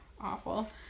awful